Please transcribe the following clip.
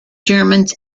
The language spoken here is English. germans